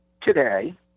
today